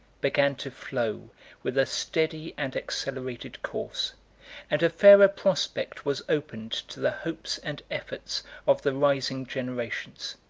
began to flow with a steady and accelerated course and a fairer prospect was opened to the hopes and efforts of the rising generations.